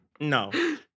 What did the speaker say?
no